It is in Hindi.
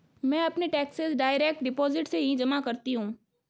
मैं अपने टैक्सेस डायरेक्ट डिपॉजिट से ही जमा करती हूँ